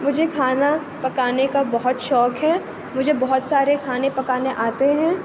مجھے کھانا پکانے کا بہت شوق ہے مجھے بہت سارے کھانے پکانے آتے ہیں